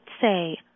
say